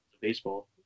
baseball